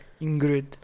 Ingrid